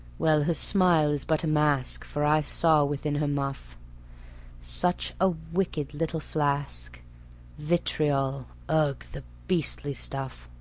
well, her smile is but a mask, for i saw within her muff such a wicked little flask vitriol ugh! the beastly stuff.